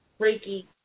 Reiki